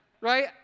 Right